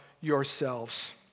yourselves